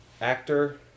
actor